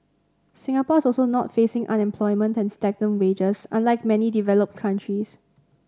Singapore is also not facing unemployment and stagnant wages unlike many developed countries